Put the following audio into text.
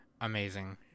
amazing